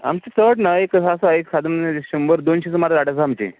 आमचे चड ना एक आसा एक सादारण शंबर दोनशीं सुमार झाडां आसा आमची